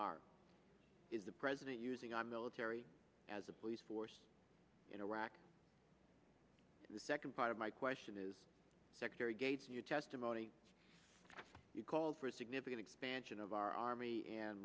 are is the president using our military as a police force in iraq the second part of my question is secretary gates in your testimony you called for a significant expansion of our army and